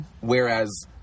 whereas